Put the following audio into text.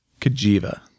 Kajiva